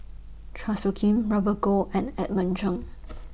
Chua Soo Khim Robert Goh and Edmund Cheng